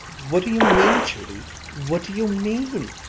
what do you mean, judy what do you mean?